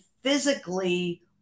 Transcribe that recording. physically